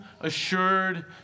assured